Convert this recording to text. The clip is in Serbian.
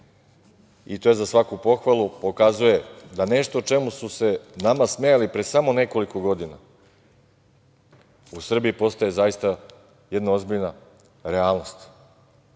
To je za svaku pohvalu, pokazuje da nešto čemu su se nama smejali pre samo nekoliko godina u Srbiji postaje zaista jedna ozbiljna realnost. Setite